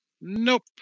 Nope